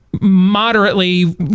moderately